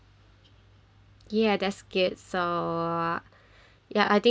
yeah that's it so ya I think should be that's it